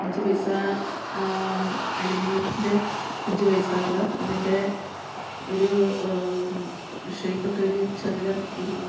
അഞ്ച് പൈസ അലൂമിനിയത്തിൻ്റെ അഞ്ച് പൈസകൾ അതിൻ്റെ ഒരു ഷേപ്പൊക്കെ ഒരു ചതുരം ഒരു